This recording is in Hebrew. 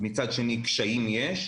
מצד שני, קשיים יש.